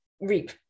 reap